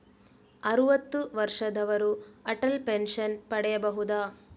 ಅರುವತ್ತು ವರ್ಷದವರು ಅಟಲ್ ಪೆನ್ಷನ್ ಪಡೆಯಬಹುದ?